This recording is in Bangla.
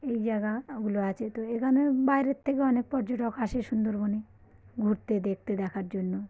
এই জায়গাগুলো আছে তো এখানে বাইরের থেকে অনেক পর্যটক আসে সুন্দরবনে ঘুরতে দেখতে দেখার জন্য